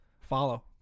follow